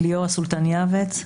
ליאורה סולטן-יעבץ,